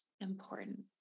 important